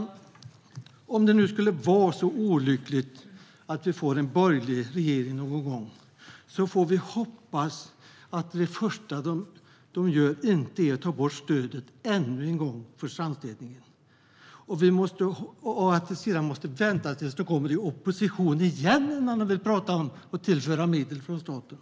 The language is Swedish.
Om det någon gång skulle vara så olyckligt att vi får en borgerlig regering får vi hoppas att det första den gör inte är att ta bort stödet till strandstädningen ännu en gång och att vi sedan måste vänta tills de borgerliga hamnar i opposition igen innan de vill prata om att tillföra medel från staten.